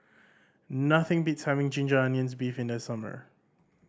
nothing beats having ginger onions beef in the summer